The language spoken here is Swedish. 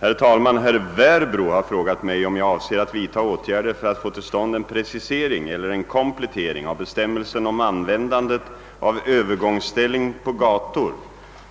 Herr talman! Herr Werbro har frågat mig om jag avser att vidta åtgärder för att få till stånd en precisering eller en komplettering av bestämmelsen om användandet av övergångsställen på gator.